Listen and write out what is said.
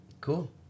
Cool